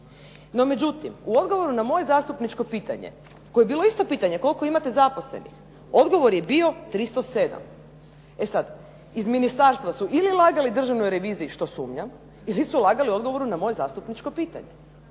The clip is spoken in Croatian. No međutim, u odgovoru na moje zastupničko pitanje koje je bilo isto pitanje koliko imate zaposlenih odgovor je bio 307. E sad, iz ministarstva su ili lagali Državnoj reviziji što sumnjam ili su lagali odgovoru na moje zastupničko pitanje.